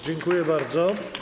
Dziękuję bardzo.